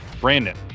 Brandon